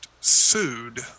sued